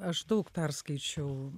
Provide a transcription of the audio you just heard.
aš daug perskaičiau